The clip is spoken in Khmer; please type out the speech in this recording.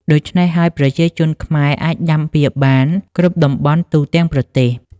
ដូច្នេះហើយ ប្រជាជនខ្មែរអាចដាំវាបានគ្រប់តំបន់ទូទាំងប្រទេស។